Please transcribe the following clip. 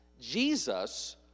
Jesus